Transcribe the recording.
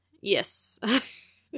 Yes